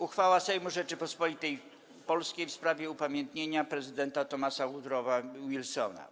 Uchwała Sejmu Rzeczypospolitej Polskiej w sprawie upamiętnienia prezydenta Thomasa Woodrowa Wilsona.